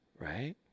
Right